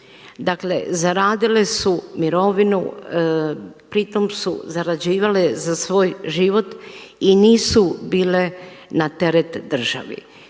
Dakle, zaradile su mirovinu. Pritom su zarađivale za svoj život i nisu bile na teret državi.